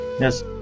Yes